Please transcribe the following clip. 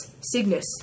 Cygnus